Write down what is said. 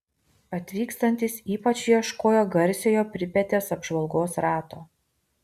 atvykstantys ypač ieškojo garsiojo pripetės apžvalgos rato